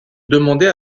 demandait